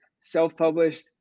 self-published